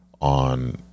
On